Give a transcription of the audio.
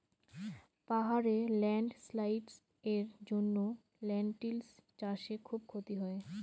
পাহাড়ে ল্যান্ডস্লাইডস্ এর জন্য লেনটিল্স চাষে খুব ক্ষতি হয়